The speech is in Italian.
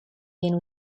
viene